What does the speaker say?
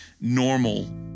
normal